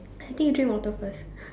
I think we drink water first